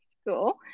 school